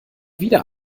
wieder